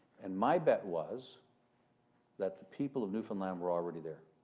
and my bet was that the people of newfoundland were already there.